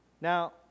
now